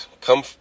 come